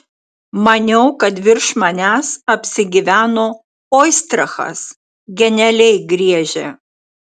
maniau kad virš manęs apsigyveno oistrachas genialiai griežia